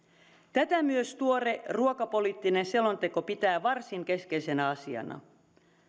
tätä myös tuore ruokapoliittinen selonteko pitää varsin keskeisenä asiana